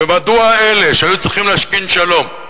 ומדוע אלה שהיו צריכים להשכין שלום,